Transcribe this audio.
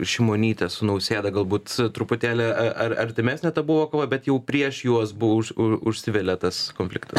šimonytė su nausėda galbūt truputėlį ar artimesnė ta buvo kova bet jau prieš juos buvo už užsivelia tas konfliktas